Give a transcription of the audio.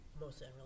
mostly